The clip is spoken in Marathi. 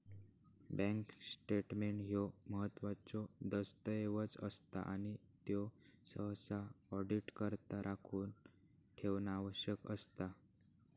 बँक स्टेटमेंट ह्यो महत्त्वाचो दस्तऐवज असता आणि त्यो सहसा ऑडिटकरता राखून ठेवणा आवश्यक असता